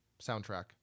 soundtrack